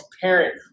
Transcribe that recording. parent